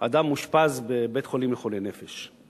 האדם מאושפז בבית-חולים לחולי נפש.